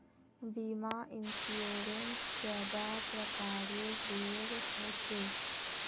बीमा इंश्योरेंस कैडा प्रकारेर रेर होचे